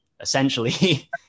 essentially